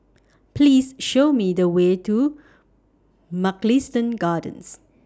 Please Show Me The Way to Mugliston Gardens